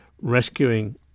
rescuing